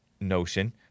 Notion